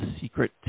secret